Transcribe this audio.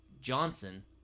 Johnson